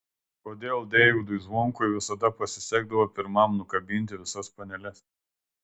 kodėl deivydui zvonkui visada pasisekdavo pirmam nukabinti visas paneles